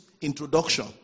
introduction